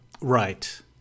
Right